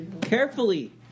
carefully